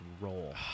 roll